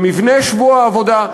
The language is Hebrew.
במבנה שבוע העבודה.